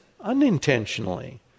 unintentionally